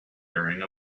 carrying